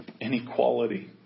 inequality